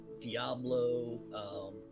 Diablo